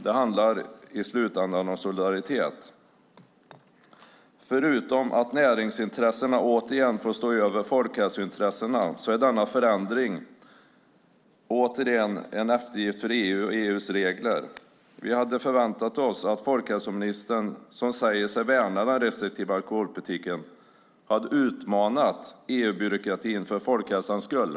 Det handlar i slutänden om solidaritet. Förutom att näringsintressen ännu en gång får stå över folkhälsointressen är denna förändring återigen en eftergift för EU och EU:s regler. Vi hade förväntat oss att folkhälsoministern, som säger sig värna den restriktiva alkoholpolitiken, hade utmanat EU-byråkratin för folkhälsans skull.